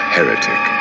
Heretic